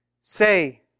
Say